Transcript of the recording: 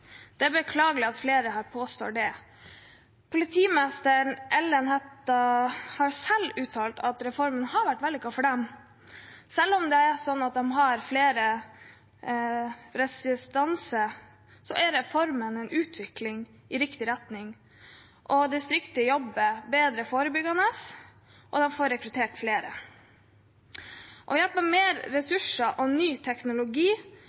Det er beklagelig at flere her påstår det. Politimester Ellen Katrine Hætta har selv uttalt at reformen har vært vellykket for dem. Selv om det er slik at de har lang restanse, er reformen en utvikling i riktig retning. Distriktet jobber bedre forbyggende, og de får rekruttert flere. Ved hjelp av mer ressurser og ny teknologi